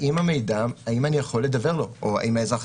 האם אני יכול לדוור לאזרח או האם האזרח